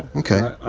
okay,